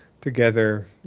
together